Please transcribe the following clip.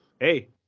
Hey